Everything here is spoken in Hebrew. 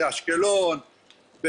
באשקלון,